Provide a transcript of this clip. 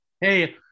Hey